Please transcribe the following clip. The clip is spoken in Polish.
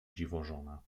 dziwożona